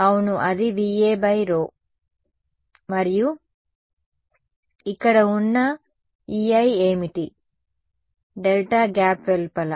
అవును అది VA δ మరియు ఇక్కడ ఉన్న Ei ఏమిటి డెల్టా గ్యాప్ వెలుపల